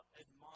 admire